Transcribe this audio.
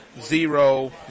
zero